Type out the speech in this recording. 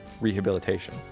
rehabilitation